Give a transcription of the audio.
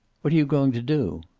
what are you going to do?